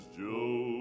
joe